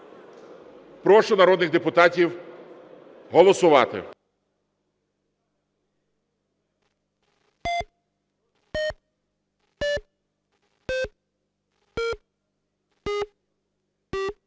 Прошу народних депутатів голосувати.